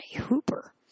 Hooper